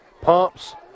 pumps